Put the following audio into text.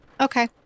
Okay